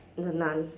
the nun